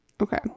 okay